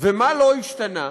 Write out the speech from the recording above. ומה לא השתנה?